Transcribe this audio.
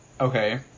okay